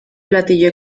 platillo